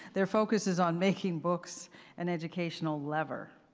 their focus is on making books an educational lever.